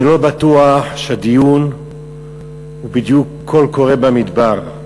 אני לא בטוח שהדיון הוא בדיוק קול קורא במדבר.